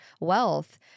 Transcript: wealth